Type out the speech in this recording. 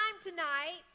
tonight